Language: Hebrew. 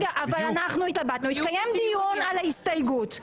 אבל אנחנו התלבטנו והתקיים דיון על ההסתייגות.